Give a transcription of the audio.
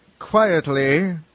Quietly